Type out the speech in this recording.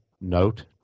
note